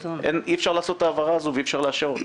אי-אפשר לעשות את ההעברה הזו ואי-אפשר לאשר אותה.